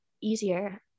easier